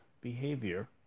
behavior